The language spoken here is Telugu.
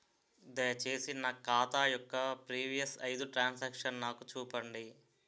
దయచేసి నా ఖాతా యొక్క ప్రీవియస్ ఐదు ట్రాన్ సాంక్షన్ నాకు చూపండి